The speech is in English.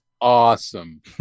awesome